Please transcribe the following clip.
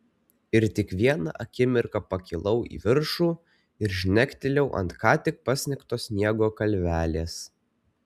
ir tik vieną akimirką pakilau į viršų ir žnektelėjau ant ką tik pasnigto sniego kalvelės